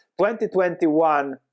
2021